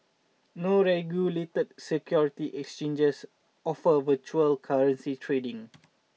no regulated security exchanges offer virtual currency trading